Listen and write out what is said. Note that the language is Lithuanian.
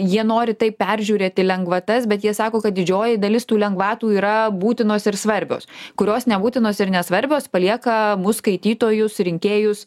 jie nori taip peržiūrėti lengvatas bet jie sako kad didžioji dalis tų lengvatų yra būtinos ir svarbios kurios nebūtinos ir nesvarbios palieka mus skaitytojus rinkėjus